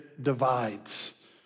Divides